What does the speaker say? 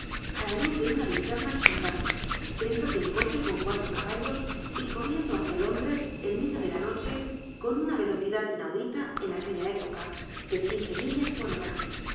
á la luz ele una linterna sorda dentro de un coche con cuatro caballos y corriendo hácia lónclres en medio de la noche con una velocidad inauclit a en aquella época de quince millas por hora